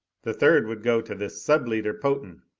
the third would go to this sub-leader, potan!